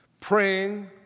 praying